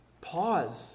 Pause